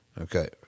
Okay